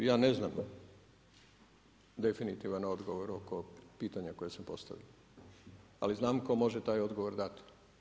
Ja ne znam definitivan odgovor oko pitanja koje se postavlja, ali znam tko može taj odgovor dati.